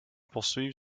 poursuivent